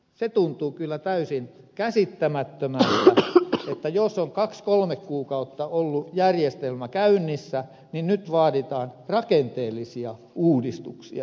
se tuntuu kyllä täysin käsittämättömältä että jos on kaksi kolme kuukautta ollut järjestelmä käynnissä niin nyt vaaditaan rakenteellisia uudistuksia sinne